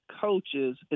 coaches